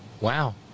Wow